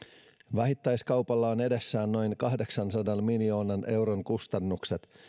vähittäiskaupalla on edessään noin kahdeksansadan miljoonan euron kustannukset